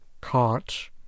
Caught